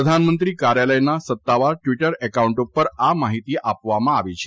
પ્રધાનમંત્રી કાર્યલયના સત્તાવાર ટિવટર એકાઉન્ટ ઉપર આ માહિતી આપવામાં આવી છે